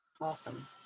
Awesome